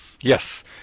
Yes